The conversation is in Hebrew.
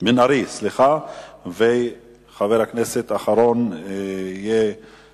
וחבר הכנסת האחרון יהיה